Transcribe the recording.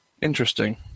Interesting